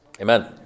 Amen